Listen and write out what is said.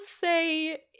say